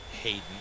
Hayden